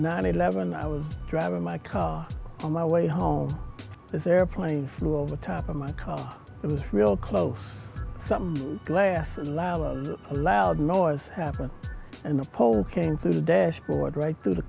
nine eleven i was driving my car on my way home this airplane flew over the top of my car it was real close some glasses loud loud noise happened and the pole came through the dash board right through the